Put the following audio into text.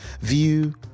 view